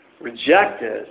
rejected